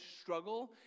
struggle